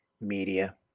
Media